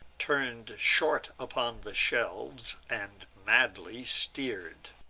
turn'd short upon the shelfs, and madly steer'd.